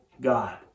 God